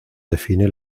define